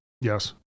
Yes